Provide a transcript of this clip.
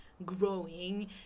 Growing